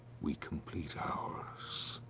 we complete ours.